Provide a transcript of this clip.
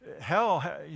hell